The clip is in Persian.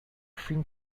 فیلم